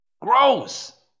Gross